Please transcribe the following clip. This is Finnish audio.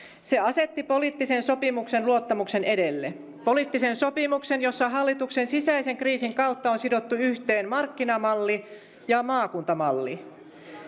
se asetti poliittisen sopimuksen luottamuksen edelle poliittisen sopimuksen jossa hallituksen sisäisen kriisin kautta on sidottu yhteen markkinamalli ja maakuntamalli